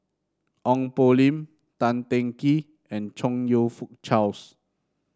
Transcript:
Ong Poh Lim Tan Teng Kee and Chong You Fook Charles